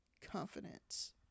confidence